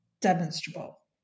demonstrable